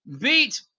beat